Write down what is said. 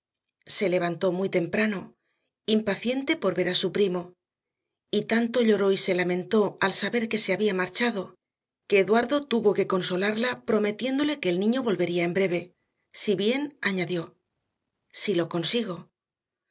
se levantó muy temprano impaciente por ver a su primo y tanto lloró y se lamentó al saber que se había marchado que eduardo tuvo que consolarla prometiéndole que el niño volvería en breve si bien añadió si lo consigo